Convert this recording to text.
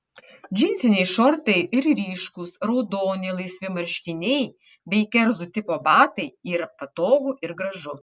džinsiniai šortai ir ryškūs raudoni laisvi marškiniai bei kerzų tipo batai ir patogu ir gražu